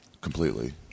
completely